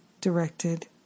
directed